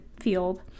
field